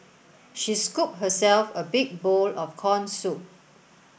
she scooped herself a big bowl of corn soup